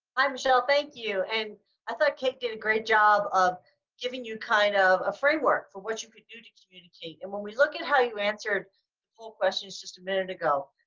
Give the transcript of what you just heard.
michele thank you and i thought can't get a great job of giving you kind of a framework for what you could do to communicate and when we look at how you answered whole questions just a minute ago,